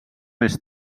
més